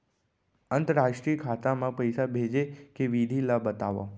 अंतरराष्ट्रीय खाता मा पइसा भेजे के विधि ला बतावव?